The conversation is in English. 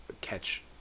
catch